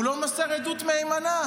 הוא לא מוסר עדות מהימנה.